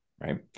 right